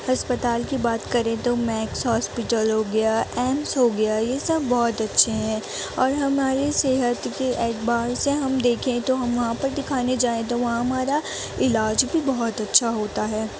ہسپتال کی بات کریں تو میکس ہاسپیٹل ہو گیا ایمس ہو گیا یہ سب بہت اچھے ہیں اور ہماری صحت کے اعتبار سے ہم دیکھیں تو ہم وہاں پردکھانے جائیں تو وہاں ہمارا علاج بھی بہت اچھا ہوتا ہے